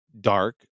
dark